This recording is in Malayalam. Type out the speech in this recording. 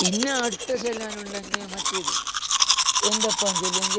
പിന്നെ അടുത്ത ചൊല്ലാനുണ്ടെങ്കില് മറ്റേത് എന്നാലിപ്പം വെച്ചെങ്കിൽ